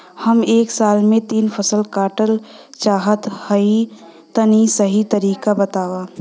हम एक साल में तीन फसल काटल चाहत हइं तनि सही तरीका बतावा?